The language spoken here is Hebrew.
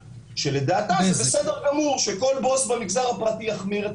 שלדעתה זה בסדר גמור שכל בוס במגזר הפרטי יחמיר את